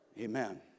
Amen